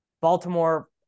Baltimore